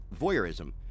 voyeurism